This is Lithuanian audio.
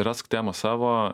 rask temą savo